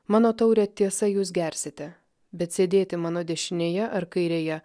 mano taurę tiesa jūs gersite bet sėdėti mano dešinėje ar kairėje